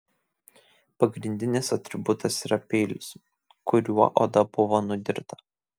pagrindinis atributas yra peilis kuriuo oda buvo nudirta